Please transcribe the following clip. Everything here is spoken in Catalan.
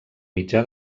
mitjà